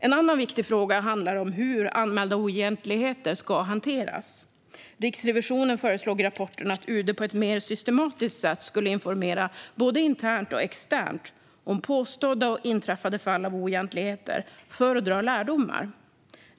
En annan viktig fråga handlar om hur anmälda oegentligheter ska hanteras. Riksrevisionen föreslog i rapporten att UD på ett mer systematiskt sätt skulle informera både internt och externt om påstådda och inträffade fall av oegentligheter för att dra lärdomar av detta.